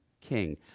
king